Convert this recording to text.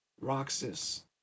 Roxas